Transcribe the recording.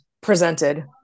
presented